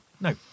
no